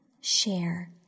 Share